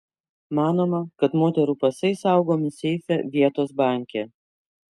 manoma kad moterų pasai saugomi seife vietos banke